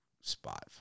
spot